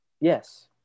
yes